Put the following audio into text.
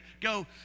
Go